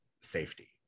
safety